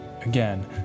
Again